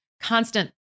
constant